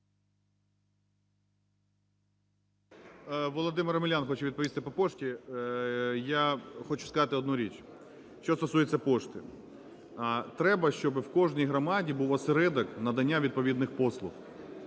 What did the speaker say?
Володимир Омелян хоче відповісти по пошті. Я хочу сказати одну річ, що стосується пошти. Треба, щоб в кожній громаді був осередок надання відповідних послуг.